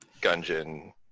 Gungeon